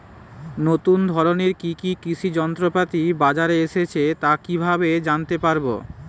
নতুন ধরনের কি কি কৃষি যন্ত্রপাতি বাজারে এসেছে তা কিভাবে জানতেপারব?